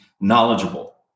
knowledgeable